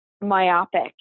myopic